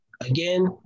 Again